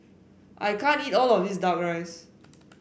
I can't eat all of this duck rice